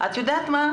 את יודע תמה?